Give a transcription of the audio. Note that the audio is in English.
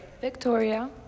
Victoria